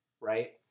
right